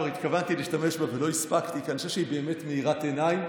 כבר התכוונתי להשתמש בה ולא הספקתי כי אני חושב שהיא באמת מאירת עיניים,